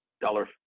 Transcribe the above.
dollar